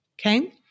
Okay